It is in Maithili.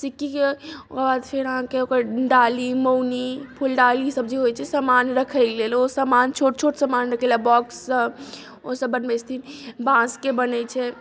सिक्की के ओकरबाद फेर अहाँके ओकर डाली मौनी फुलडाली सब जे होइ छै समान रखै लेल ओ समान छोट छोट समान रखै लए बॉक्स सब ओसब बनबै छथिन बाँस के बनै छै